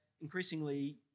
increasingly